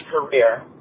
career